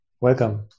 Welcome